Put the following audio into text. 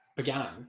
began